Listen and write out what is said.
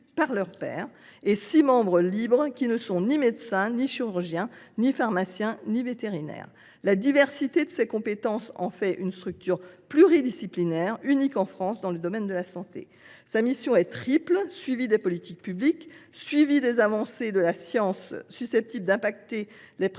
par leurs pairs et six membres libres, qui ne sont ni médecins, ni chirurgiens, ni pharmaciens, ni vétérinaires. La diversité de ces compétences en fait une structure pluridisciplinaire unique en France dans le domaine de la santé. Sa mission est triple. Elle consiste à assurer d’abord le suivi des politiques publiques, ensuite celui des avancées de la science susceptibles d’avoir des effets